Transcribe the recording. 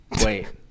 Wait